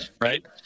Right